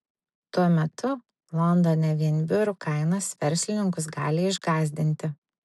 tuo metu londone vien biurų kainos verslininkus gali išgąsdinti